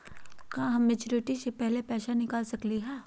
का हम मैच्योरिटी से पहले पैसा निकाल सकली हई?